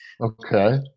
okay